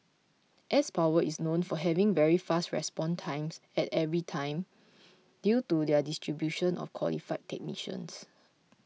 s Power is known for having very fast response times at every time due to their distribution of qualified technicians